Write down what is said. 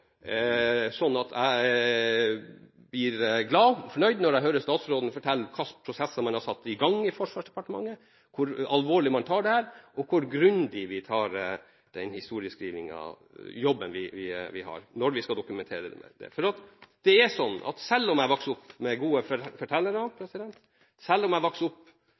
fornøyd når jeg hører statsråden fortelle om hvilke prosesser man har satt i gang i Forsvarsdepartementet, hvor alvorlig man tar dette og hvor grundig man gjør jobben med historieskrivingen når vi skal dokumentere det. Selv om jeg vokste opp med gode fortellere, og selv om jeg vokste opp